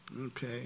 Okay